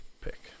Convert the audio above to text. pick